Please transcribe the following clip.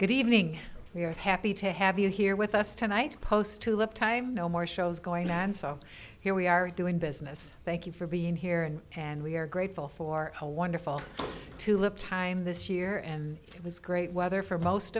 good evening we are happy to have you here with us tonight post to look time no more shows going and so here we are doing business thank you for being here and and we are grateful for a wonderful two lip time this year and it was great weather for most